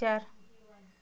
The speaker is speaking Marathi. चार